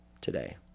today